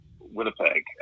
Winnipeg